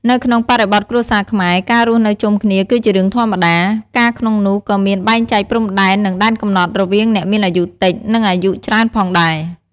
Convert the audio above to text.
នៅក្នុងបរិបទគ្រួសារខ្មែរ ការរស់នៅជុំគ្នាគឺជារឿងធម្មតា ការក្នុងនោះក៏មានបែងចែកព្រំដែននឹងដែនកំណត់រវាងអ្នកមានអាយុតិច និង អាយុច្រើនផងដែរ។